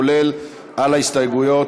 כולל ההסתייגויות,